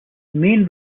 main